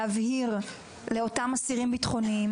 כדי להבהיר לאותם אסירים בטחוניים,